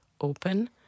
open